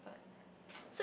but